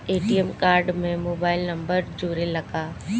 ATM card में mobile number जुरेला का?